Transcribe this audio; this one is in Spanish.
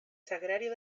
sagrario